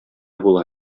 була